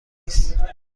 نیست